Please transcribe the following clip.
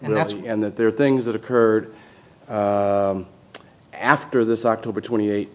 and that's and that there are things that occurred after this october twenty eight